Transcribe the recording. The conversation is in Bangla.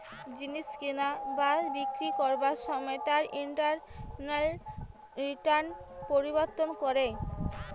জিনিস কিনা বা বিক্রি করবার সময় তার ইন্টারনাল রিটার্ন পরিবর্তন করে